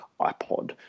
iPod